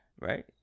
Right